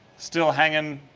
still hanging